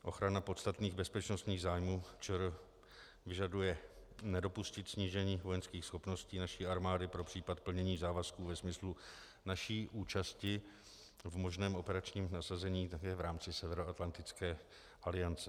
Ochrana podstatných bezpečnostních zájmů ČR vyžaduje nedopustit snížení vojenských schopností naší armády pro případ plnění závazků ve smyslu naší účasti v možném operačním nasazení v rámci Severoatlantické aliance.